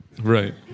Right